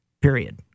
period